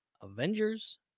Avengers